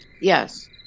Yes